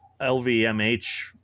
LVMH